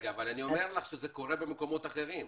אני אומר לך שזה קורה במקומות אחרים.